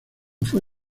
fue